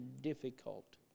difficult